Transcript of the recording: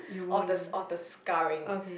of the of the scarring